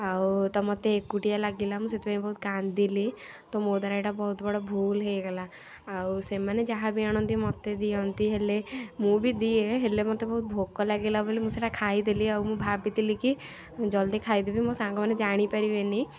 ଆଉ ତ ମୋତେ ବହୁତ ଏକୁଟିଆ ଲାଗିଲା ମୁଁ ସେଥିପାଇଁ ବହୁତ କାନ୍ଦିଲି ତ ମୋ ଦ୍ୱାରା ଏଇଟା ବହୁତ ବଡ଼ ଭୁଲ୍ ହେଇଗଲା ଆଉ ସେମାନେ ଯାହାବି ଆଣନ୍ତି ମୋତେ ଦିଅନ୍ତି ହେଲେ ମୁଁ ବି ଦିଏ ହେଲେ ମୋତେ ବହୁତ ଭୋକ ଲାଗିଲା ବୋଲି ମୁଁ ସେଇଟା ଖାଇଦେଲି ଆଉ ମୁଁ ଭାବିଥିଲି କି ଜଲଦି ଖାଇଦେବି ମୋ ସାଙ୍ଗମାନେ ଜାଣିପାରିବେନି